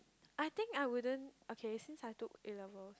I think I wouldn't okay since I took A-level